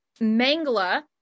Mangla